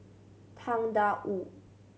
Tang Da Wu